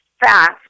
fast